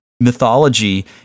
mythology